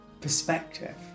perspective